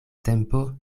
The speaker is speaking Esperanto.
tempo